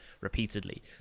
repeatedly